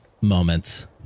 moments